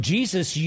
Jesus